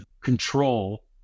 control